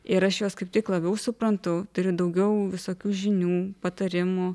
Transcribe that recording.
ir aš juos kaip tik labiau suprantu turiu daugiau visokių žinių patarimų